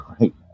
right